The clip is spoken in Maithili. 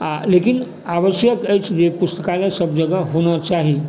आ लेकिन आवश्यक अछि जे पुस्तकालय सभ जगह होना चाही